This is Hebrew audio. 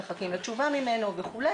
מחכים לתשובה ממנו וכו'.